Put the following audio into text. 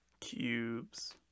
Cubes